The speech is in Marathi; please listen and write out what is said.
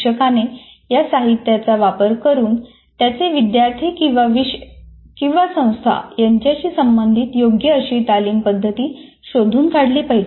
शिक्षकाने या साहित्याचा वापर करून त्याचे विद्यार्थी किंवा विषय किंवा संस्था यांच्याशी संबंधित योग्य अशी तालीम पद्धती शोधून काढली पाहिजे